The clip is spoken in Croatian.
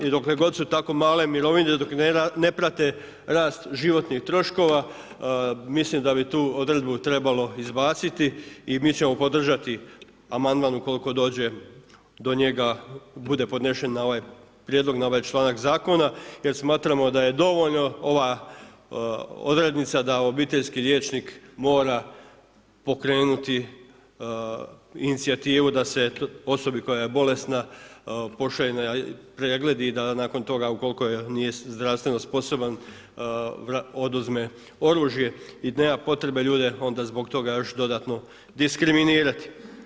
I dokle god su tako male mirovine, dok ne prate rast životnih troškova, mislim da bi tu odredbu trebalo izbaciti i mi ćemo podržati amandman ukoliko dođe do njega bude podnesen na ovaj prijedlog, na ovaj članak zakona jer smatramo da je dovoljno ova odrednica da obiteljski liječnik mora pokrenuti inicijativu da se osobi koja je bolesna pošalje na pregled i da nakon toga ukoliko nije zdravstveno sposoban oduzme oružje i nema potrebe ljude onda zbog toga još dodatno diskriminirati.